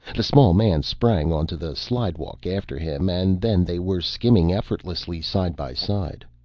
the small man sprang onto the slidewalk after him and then they were skimming effortlessly side by side.